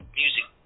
music